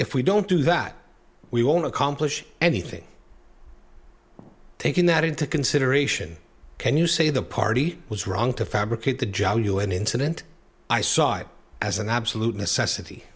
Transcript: if we don't do that we won't accomplish anything taking that into consideration can you say the party was wrong to fabricate the john un incident i saw it as an absolute necessity